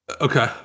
okay